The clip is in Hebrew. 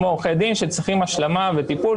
כמו עורכי דין שצריכים השלמה וטיפול,